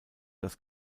das